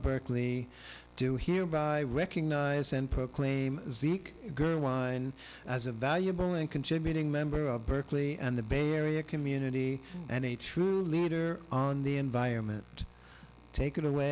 berkeley do hereby recognize and proclaim zeke good wine as a valuable and contributing member of berkeley and the bay area community and a true leader on the environment take it away